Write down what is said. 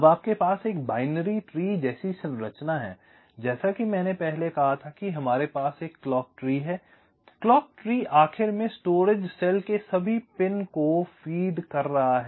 अब आपके पास एक बाइनरी ट्री जैसी संरचना है जैसा कि हमने पहले कहा था कि हमारे पास एक क्लॉक ट्री है क्लॉक ट्री आखिर में स्टोरेज सेल के सभी पिनों को फीड कर रहा है